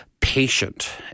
patient